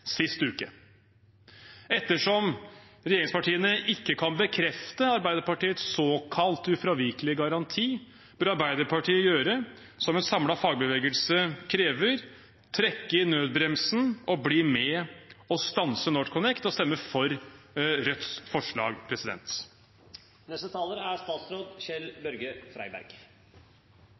sist uke. Ettersom regjeringspartiene ikke kan bekrefte Arbeiderpartiets såkalte ufravikelige garanti, bør Arbeiderpartiet gjøre som en samlet fagbevegelse krever, trekke i nødbremsen og bli med på å stanse NorthConnect og stemme for Rødts forslag. Selskapet NorthConnect er